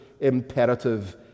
imperative